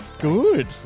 Good